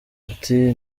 ati